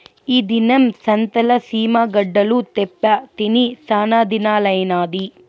ఈ దినం సంతల సీమ గడ్డలు తేప్పా తిని సానాదినాలైనాది